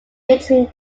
mixing